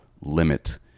limit